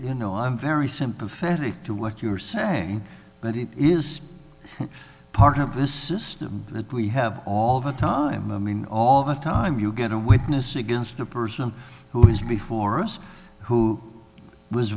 you know i'm very sympathetic to what you are saying but it is part of the system that we have all the time i mean all the time you get a witness against a person who is before us who was